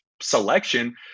selection